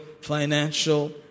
financial